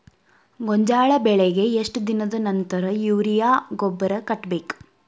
ಗೋಂಜಾಳ ಬೆಳೆಗೆ ಎಷ್ಟ್ ದಿನದ ನಂತರ ಯೂರಿಯಾ ಗೊಬ್ಬರ ಕಟ್ಟಬೇಕ?